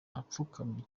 apfukamye